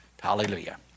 hallelujah